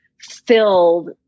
filled